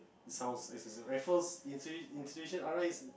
it sounds Raffles Institution R_I